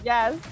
Yes